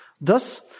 Thus